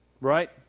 Right